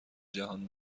جهان